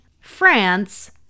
France